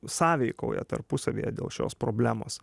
sąveikauja tarpusavyje dėl šios problemos